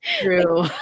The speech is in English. true